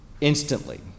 instantly